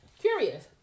curious